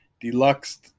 deluxe